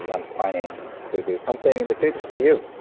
i'm planning to do something in the future for you.